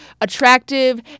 attractive